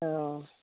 অঁ